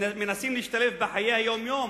מנסים להשתלב בחיי היום-יום